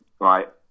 right